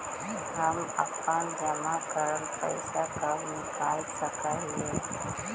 हम अपन जमा करल पैसा कब निकाल सक हिय?